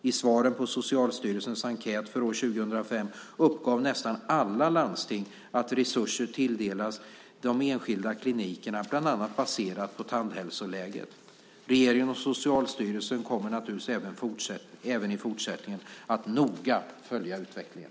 I svaren på Socialstyrelsens enkät för år 2005 uppgav nästan alla landsting att resurser tilldelas de enskilda klinikerna bland annat baserat på tandhälsoläget. Regeringen och Socialstyrelsen kommer naturligtvis att även i fortsättningen noga följa utvecklingen.